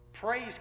Praise